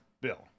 bill